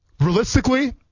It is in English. Realistically